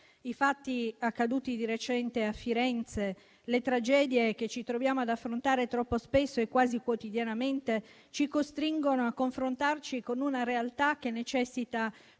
I fatti accaduti di recente a Firenze e le tragedie che ci troviamo ad affrontare troppo spesso, quasi quotidianamente, ci costringono a confrontarci con una realtà che necessita